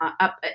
up